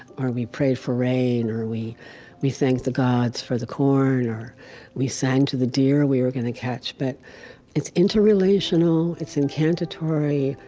or we prayed for rain, or we we thanked the gods for the corn, or we sang to the deer we were going to catch. but it's interrelational. it's incantatory.